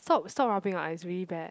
stop stop rubbing your eyes it's really bad